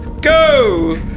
Go